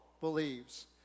believes